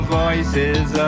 voices